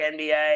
NBA